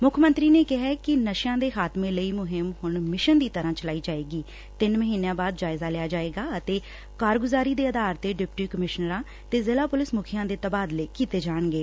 ਮੁੱਖ ਮੰਤਰੀ ਨੇ ਕਿਹੈ ਕਿ ਨਸ਼ਿਆਂ ਦੇ ਖਾਤਮੇ ਲਈ ਮੁਹਿੰਮ ਹੁਣ ਮਿਸ਼ਨ ਦੀ ਤਰ੍ਹਾਂ ਚਲਾਈ ਜਾਏਗੀ ਤਿੰਨ ਮਹੀਨਿਆਂ ਬਾਅਦ ਜਾਇਜ਼ਾ ਲਿਆ ਜਾਏਗਾ ਅਤੇ ਕਾਰਗੁਜਾਰੀ ਦੇ ਆਧਾਰ ਤੇ ਡਿਪਟੀ ਕਮਿਸ਼ਨਰਾਂ ਤੇ ਜ਼ਿਲ਼ਾ ਪੁਲਿਸ ਮੁਖੀਆਂ ਦੇ ਤਬਾਦਲੇ ਕੀਤੇ ਜਾਣਗੇ